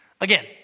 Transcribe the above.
Again